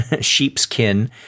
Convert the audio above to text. sheepskin